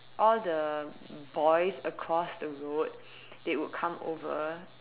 all the boys across the road they would come over